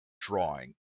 drawing